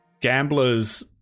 gamblers